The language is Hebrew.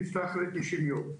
הוא נפטר אחרי 90 ימים.